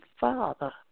father